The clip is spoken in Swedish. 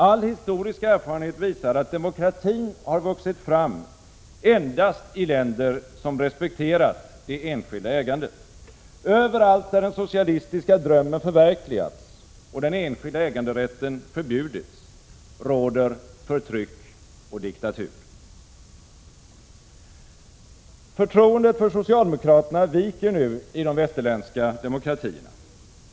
All historisk erfarenhet visar att demokratin har vuxit fram endast i länder som respekterat det enskilda ägandet. Överallt där den socialistiska drömmen förverkligats och den enskilda äganderätten förbjudits råder förtryck och diktatur. Förtroendet för socialdemokraterna viker nu i de västerländska demokratierna.